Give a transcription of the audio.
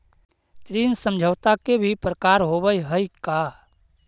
ऋण समझौता के भी प्रकार होवऽ हइ का?